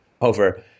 over